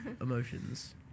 emotions